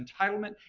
entitlement